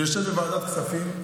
אני יושב בוועדת הכספים.